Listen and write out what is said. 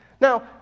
Now